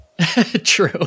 True